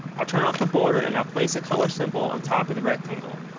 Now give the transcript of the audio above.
i'll turn off the border and i'll place a color symbol on top of the rectangle.